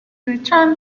returned